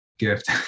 gift